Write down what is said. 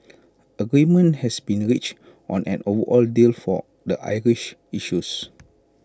agreement has been reached on an overall deal for the Irish issues